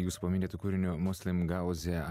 jūsų paminėto kūrinio muslim gauzė